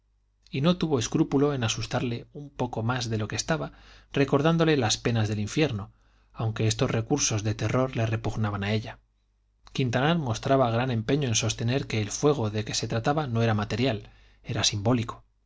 y no tuvo escrúpulo en asustarle un poco más de lo que estaba recordándole las penas del infierno aunque estos recursos de terror le repugnaban a ella quintanar mostraba gran empeño en sostener que el fuego de que se trataba no era material era simbólico